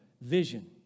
vision